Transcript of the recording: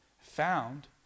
found